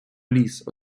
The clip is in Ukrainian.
ліс